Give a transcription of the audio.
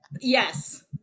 Yes